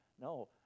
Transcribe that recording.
No